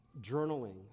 journaling